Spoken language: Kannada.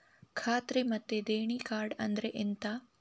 ಖಾತ್ರಿ ಮತ್ತೆ ದೇಣಿ ಕಾರ್ಡ್ ಅಂದ್ರೆ ಎಂತ?